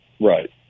Right